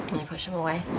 push him away,